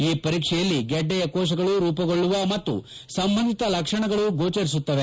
ಈ ಪರೀಕ್ಷೆಯಲ್ಲಿ ಗೆಡ್ಡೆಯ ಕೋಶಗಳು ರೂಪುಗೊಳ್ಳುವ ಮತ್ತು ಸಂಬಂಧಿತ ಲಕ್ಷಣಗಳು ಗೋಚರಿಸುತ್ತವೆ